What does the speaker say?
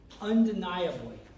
undeniably